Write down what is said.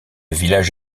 village